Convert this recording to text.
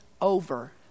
over